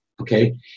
okay